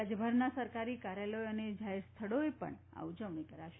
રાજ્યભરના સરકારી કાર્યાલયો તથા જાહેર સ્થળોએ પણ ઉજવણી કરાશે